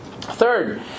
Third